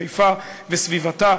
בחיפה וסביבתה,